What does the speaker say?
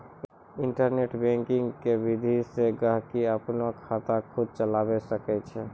internet banking के विधि से गहकि अपनो खाता खुद चलावै सकै छै